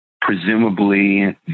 Presumably